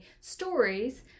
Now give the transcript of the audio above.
stories